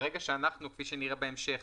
ברגע שאנחנו כפי שנראה בהמשך